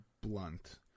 blunt